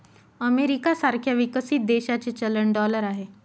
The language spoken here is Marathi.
अमेरिका सारख्या विकसित देशाचे चलन डॉलर आहे